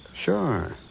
Sure